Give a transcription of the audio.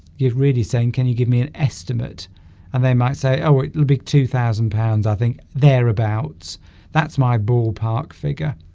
really saying can you give me an estimate and they might say oh it'll be two thousand pounds i think they're about that's my ballpark figure